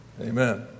Amen